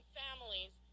families